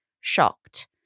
shocked